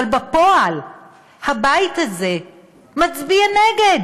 אבל בפועל הבית הזה מצביע נגד?